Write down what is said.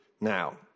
now